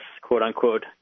quote-unquote